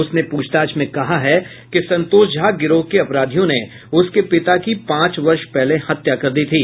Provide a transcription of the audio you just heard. उसने पूछताछ में कहा है कि संतोष झा गिरोह के अपराधियों ने उसके पिता की पांच वर्ष पहले हत्या कर दी थी